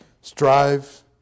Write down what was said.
Strive